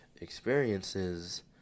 experiences